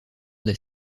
des